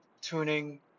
Tuning